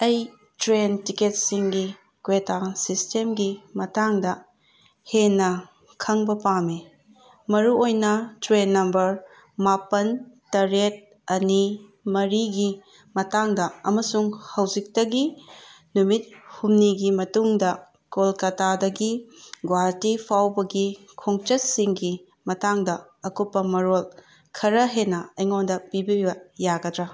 ꯑꯩ ꯇ꯭ꯔꯦꯟ ꯇꯤꯛꯀꯦꯠꯁꯤꯡꯒꯤ ꯀ꯭ꯌꯦꯇꯥ ꯁꯤꯁꯇꯦꯝꯒꯤ ꯃꯇꯥꯡꯗ ꯍꯦꯟꯅ ꯈꯪꯕ ꯄꯥꯝꯃꯤ ꯃꯔꯨꯑꯣꯏꯅ ꯇꯔꯦꯟ ꯅꯝꯕꯔ ꯃꯥꯄꯟ ꯇꯔꯦꯠ ꯑꯅꯤ ꯃꯔꯤꯒꯤ ꯃꯇꯥꯡꯗ ꯑꯃꯁꯨꯡ ꯍꯧꯖꯤꯛꯇꯒꯤ ꯅꯨꯃꯤꯠ ꯍꯨꯝꯅꯤꯒꯤ ꯃꯇꯨꯡꯗ ꯀꯣꯜꯀꯇꯥꯗꯒꯤ ꯒꯨꯍꯥꯇꯤ ꯐꯥꯎꯕꯒꯤ ꯈꯣꯡꯆꯠꯁꯤꯡꯒꯤ ꯃꯇꯥꯡꯗ ꯑꯀꯨꯞꯄ ꯃꯔꯣꯜ ꯈꯔ ꯍꯦꯟꯅ ꯑꯩꯉꯣꯟꯗ ꯄꯤꯕꯤꯕ ꯌꯥꯒꯗ꯭ꯔꯥ